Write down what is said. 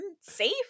safe